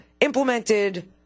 implemented